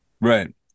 right